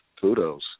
Kudos